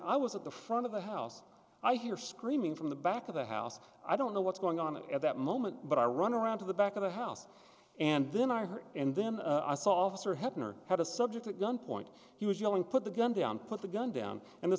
i was at the front of the house i hear screaming from the back of the house i don't know what's going on it at that moment but i run around to the back of the house and then i heard and then a softer heppner had a subject at gunpoint he was yelling put the gun down put the gun down and the